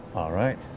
all right,